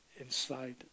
inside